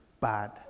bad